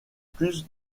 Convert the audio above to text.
plus